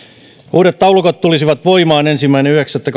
uudet taulukot tulisivat voimaan ensimmäinen yhdeksättä